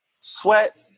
sweat